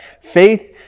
faith